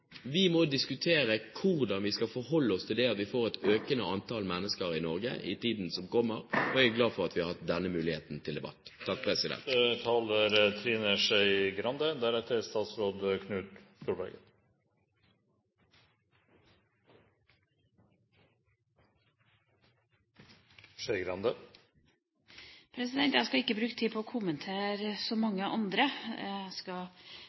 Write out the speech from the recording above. Vi må diskutere hvordan vi skal forholde oss til at vi får et økende antall mennesker i Norge i tiden som kommer. Jeg er glad for at vi har hatt denne muligheten til debatt. Jeg skal ikke bruke tid på å kommentere så mange andre. Jeg